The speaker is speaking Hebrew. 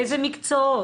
איזה מקצועות?